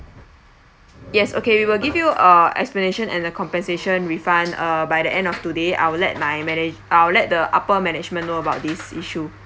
yes okay we'll give you uh explanation and the compensation refund uh by the end of today I'll let my manager I'll let the upper management know about this issue